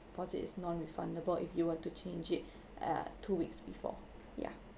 deposit is non-refundable if you were to change it uh two week before yeah